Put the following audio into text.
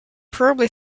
probably